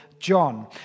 John